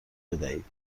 بدهید